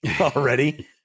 already